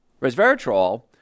resveratrol